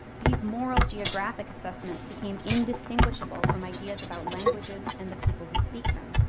these moral geographic assessments became indistinguishable from ideas about languages and the people who speak them.